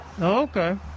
Okay